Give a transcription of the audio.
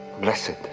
Blessed